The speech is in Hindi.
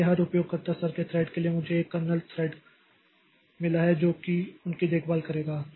इसलिए हर उपयोगकर्ता स्तर के थ्रेड के लिए मुझे एक कर्नेल स्तर का थ्रेड मिला है जो कि उसकी देखभाल करेगा